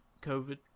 COVID